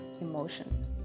emotion